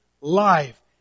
life